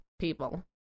people